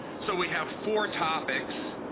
so we have four topics,